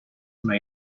una